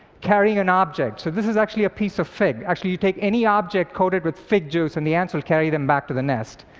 carrying an object. so this is actually a piece of fig. actually you take any object coated with fig juice, and the ants will carry it back to the nest.